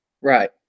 Right